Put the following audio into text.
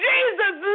Jesus